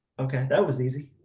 okay, that was easy.